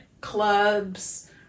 clubs